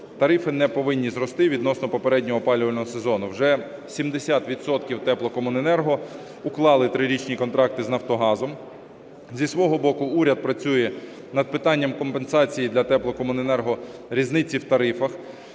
Тарифи не повинні зрости відносно попереднього опалювального сезону. Вже 70 відсотків теплокомуненерго уклали трирічні контракти з Нафтогазом. Зі свого боку, уряд працює над питанням компенсації для теплокомуненерго різниці в тарифах